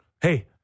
hey